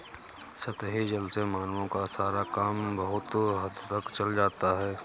सतही जल से मानवों का सारा काम बहुत हद तक चल जाता है